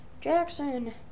Jackson